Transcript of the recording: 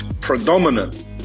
predominant